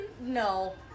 No